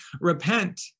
Repent